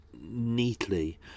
neatly